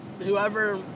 whoever